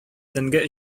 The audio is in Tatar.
төнге